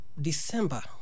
December